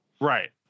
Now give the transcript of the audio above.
right